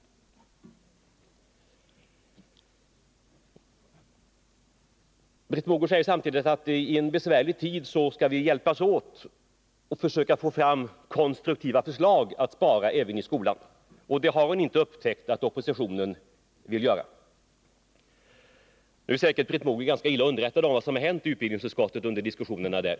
Britt Mogård säger att vi i en besvärlig situation skall hjälpas åt och försöka få fram konstruktiva förslag för att spara även i skolan. Men hon har inte upptäckt att oppositionen vill göra det. Britt Mogård är säkert ganska dåligt underrättad om vad som har hänt i utbildningsutskottet under diskussionerna där.